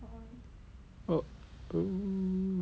uh oh